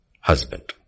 husband